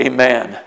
Amen